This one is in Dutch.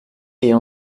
die